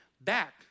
back